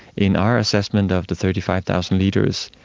in our assessment of the thirty five thousand leaders,